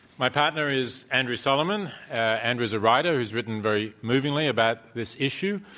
my partner is andrew solomon. andrew's a writer who's written very movingly about this issue.